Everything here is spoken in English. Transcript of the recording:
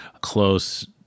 close